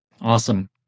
Awesome